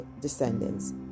descendants